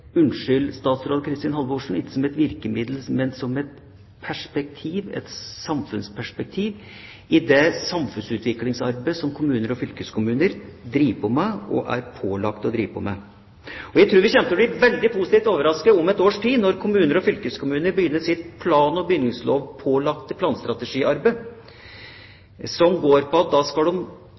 unnskyld, statsråd Kristin Halvorsen – ikke som et virkemiddel, men som et samfunnsperspektiv i det samfunnsutviklingsarbeidet som kommuner og fylkeskommuner driver med, og som de er pålagt å drive med. Og jeg tror vi kommer til å bli veldig positivt overrasket om et års tid når kommuner og fylkeskommuner begynner sitt plan- og bygningslovpålagte planstrategiarbeid som går på at man da skal